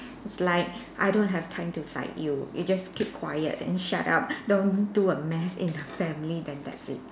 it's like I don't have time to fight you you just keep quiet and shut up don't do a mess in the family then that's it